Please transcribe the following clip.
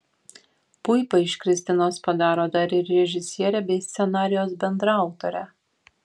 puipa iš kristinos padaro dar ir režisierę bei scenarijaus bendraautorę